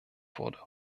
wurde